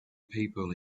people